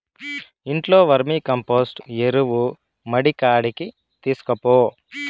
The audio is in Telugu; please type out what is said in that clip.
ఇంట్లో వర్మీకంపోస్టు ఎరువు మడికాడికి తీస్కపో